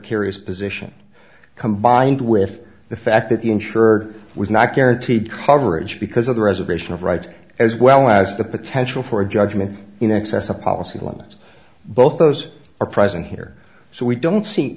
precarious position combined with the fact that the insured was not guaranteed coverage because of the reservation of rights as well as the potential for a judgment in excess of policy limits both those are present here so we don't see